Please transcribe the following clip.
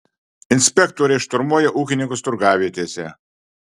inspektoriai šturmuoja ūkininkus turgavietėse